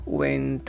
went